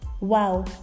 Wow